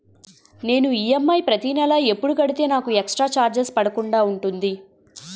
నేను ఈ.ఎం.ఐ ప్రతి నెల ఎపుడు కడితే నాకు ఎక్స్ స్త్ర చార్జెస్ పడకుండా ఉంటుంది?